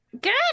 Good